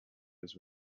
was